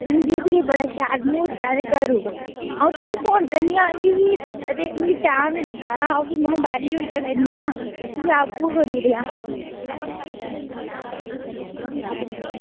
बीह् तरीक बड़ा शैल म्हूर्त ऐ करी ओड़ो अंऊ तुसेंगी फोन करने आह्ली ही ते मिगी टैम निं लग्गा दा हा ते में हा बेह्ली होइयै करनी आं तुसें आपूं गै करी ओड़ेआ